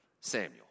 Samuel